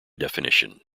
definition